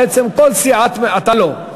בעצם כל סיעת, אתה לא.